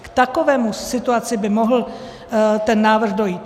K takové situaci by mohl ten návrh dojít.